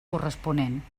corresponent